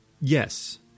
Yes